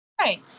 Right